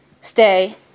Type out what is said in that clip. stay